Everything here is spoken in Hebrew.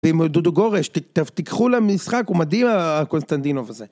עם דודו גורש, תיקחו להם משחק, הוא מדהים הקונסטנטינוב הזה.